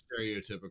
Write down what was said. stereotypical